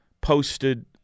posted